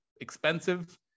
expensive